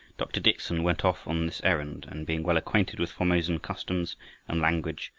dr. dickson went off on this errand, and being well acquainted with formosan customs and language,